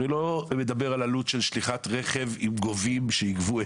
אתה הרי לא מדבר על עלות של שליחת רכב עם גובים שיגבו את החוב.